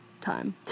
time